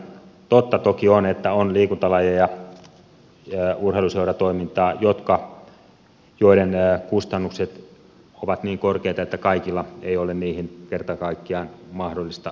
totta toki on että on liikuntalajeja urheiluseuratoimintaa joiden kustannukset ovat niin korkeita että kaikilla ei ole kerta kaikkiaan mahdollisuutta niihin osallistua